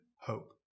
hope